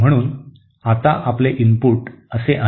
म्हणून आता आपले इनपुट असे आहे